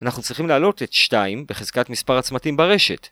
‫אנחנו צריכים להעלות את 2 בחזקת מספר הצמתים ברשת.